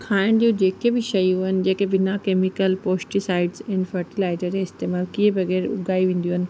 खाइण जी जेके बि शयूं आहिनि जेके बिना केमिकल पोस्टीसाइड्स एंड फ़र्टीलाजर इस्तेमाल किए बग़ैरि उगाई वेंदियूं आहिनि